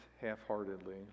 half-heartedly